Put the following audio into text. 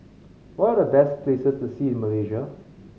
what are the best places to see in Malaysia